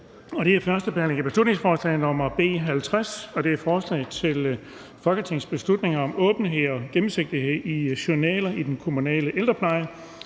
18) 1. behandling af beslutningsforslag nr. B 50: Forslag til folketingsbeslutning om åbenhed og gennemsigtighed i journaler i den kommunale ældrepleje.